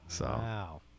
Wow